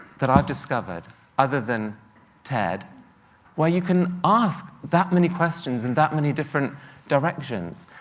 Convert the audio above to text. that i've discovered other than ted where you can ask that many questions in that many different directions.